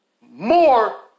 more